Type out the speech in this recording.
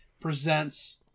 presents